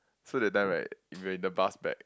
so that time right we were in the bus back